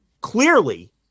clearly